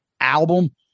album